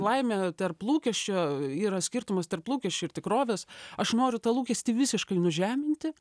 laimė tarp lūkesčio yra skirtumas tarp lūkesčių ir tikrovės aš noriu tą lūkestį visiškai nužeminti